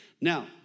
Now